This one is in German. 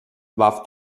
warf